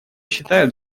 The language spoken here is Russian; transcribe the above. считают